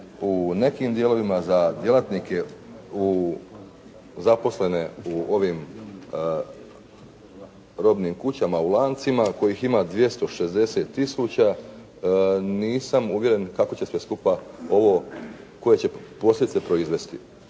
u nekim dijelovima za djelatnike zaposlene u ovim robnim kućama, u lancima kojih ima 260 tisuća nisam uvjeren kako će sve skupa ovo, koje će posljedice proizvesti,